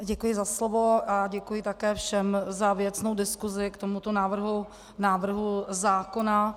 Děkuji za slovo a děkuji také všem za věcnou diskusi k tomuto návrhu zákona.